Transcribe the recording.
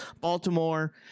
Baltimore